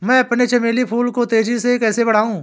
मैं अपने चमेली के फूल को तेजी से कैसे बढाऊं?